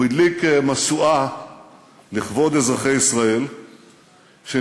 הוא הדליק משואה לכבוד אזרחי ישראל שניצבים